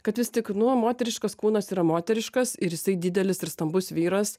kad vis tik nu moteriškas kūnas yra moteriškas ir jisai didelis ir stambus vyras